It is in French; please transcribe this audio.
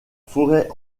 forêt